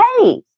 Hey